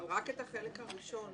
אבל רק את החלק הראשון.